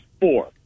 four